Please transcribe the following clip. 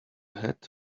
hat